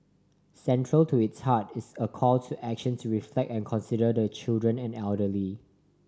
central to its heart is a call to action to reflect and consider the children and elderly